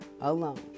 alone